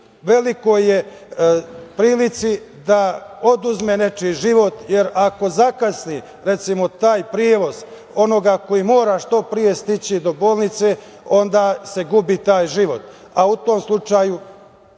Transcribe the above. velikoj je prilici da oduzme nečiji život, jer ako zakasni recimo taj prevoz onoga ko mora što pre stići do bolnice, onda se gubi taj život. U tom slučaju